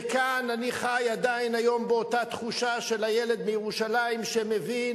וכאן אני חי עדיין היום באותה תחושה של הילד מירושלים שמבין